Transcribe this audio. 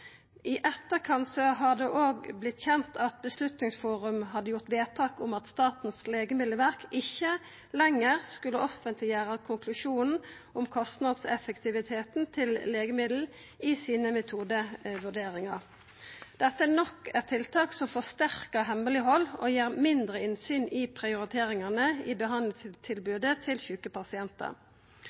I etterkant har det òg vorte kjent at Beslutningsforum hadde gjort vedtak om at Statens legemiddelverk ikkje lenger skulle offentleggjera konklusjonen om kostnadseffektiviteten til legemiddel i metodevurderingane sine. Dette er nok eit tiltak som forsterkar hemmeleghald og gir mindre innsyn i prioriteringane i behandlingstilbodet for sjuke